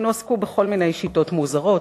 הן הועסקו בכל מיני שיטות מוזרות,